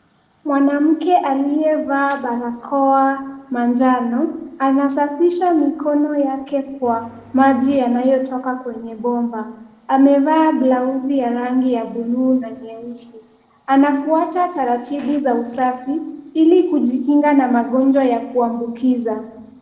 Mwanamke aliyevaa barakoa manjano anasafisha mikono yake kwa maji yanayotoka kwenye bomba. Amevaa blausi ya rangi ya bluu na nyeusi. Anafuata taratibu za usafi ili kujikinga na magonjwa ya kuambukiza.